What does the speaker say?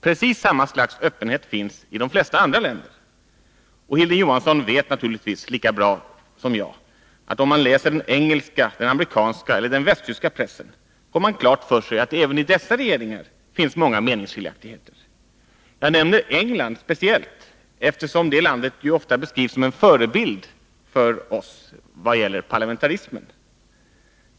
Precis samma slags öppenhet finns i de flesta andra länder, och Hilding Johansson vet naturligtvis lika bra som jag att om man läser den engelska, amerikanska eller västtyska pressen får man klart för sig att det även i dessa regeringar finns många meningsskiljaktigheter. Jag nämnde England speciellt, eftersom det landet ju ofta beskrivs som en förebild för oss vad gäller parlamentarismen.